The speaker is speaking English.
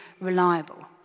reliable